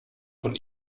von